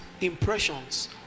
impressions